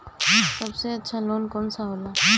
सबसे अच्छा लोन कौन सा होला?